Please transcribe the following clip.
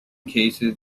cases